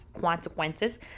consequences